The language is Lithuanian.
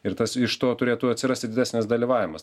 ir tas iš to turėtų atsirasti didesnis dalyvavimas